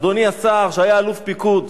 אדוני השר שהיה אלוף פיקוד,